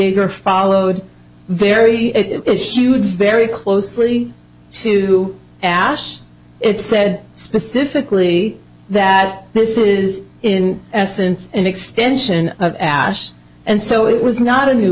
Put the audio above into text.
are followed very very closely to ash it said specifically that this is in essence an extension of ash and so it was not a new